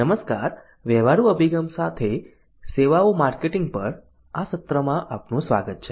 નમસ્કાર વ્યવહારુ અભિગમ સાથે સેવાઓ માર્કેટિંગ પર આ સત્રમાં આપનું સ્વાગત છે